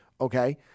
okay